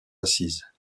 assises